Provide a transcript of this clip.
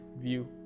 view